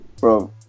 bro